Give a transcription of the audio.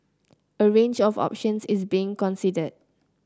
a range of options is being considered